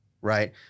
right